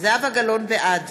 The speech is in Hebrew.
בעד